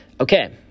Okay